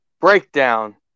Breakdown